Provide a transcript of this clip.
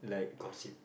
gossip